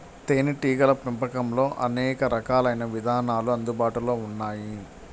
తేనీటీగల పెంపకంలో అనేక రకాలైన విధానాలు అందుబాటులో ఉన్నాయి